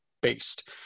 based